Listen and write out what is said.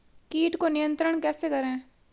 कीट को नियंत्रण कैसे करें?